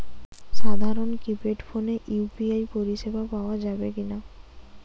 সাধারণ কিপেড ফোনে ইউ.পি.আই পরিসেবা পাওয়া যাবে কিনা?